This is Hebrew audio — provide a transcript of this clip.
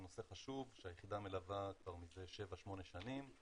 זה נושא חשוב שהיחידה מלווה כבר מזה שבע-שמונה שנים,